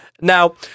Now